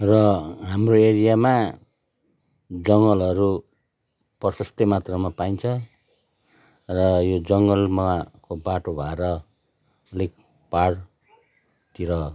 र हाम्रो एरियामा जङ्गलहरू प्रशस्तै मात्रामा पाइन्छ र यो जङ्गलमा बाटो भएर अलिक पाहाडतिर